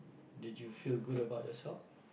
did you feel good about yourself